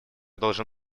должен